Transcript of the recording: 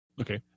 okay